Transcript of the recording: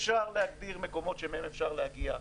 אפשר להגדיר מקומות שאליהם אפשר להגיע,